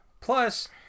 plus